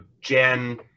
Jen